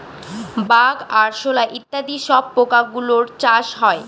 bug, আরশোলা ইত্যাদি সব পোকা গুলোর চাষ হয়